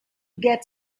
get